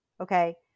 Okay